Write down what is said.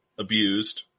abused